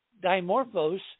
dimorphos